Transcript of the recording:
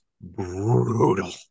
brutal